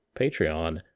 Patreon